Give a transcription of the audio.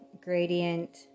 gradient